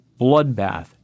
bloodbath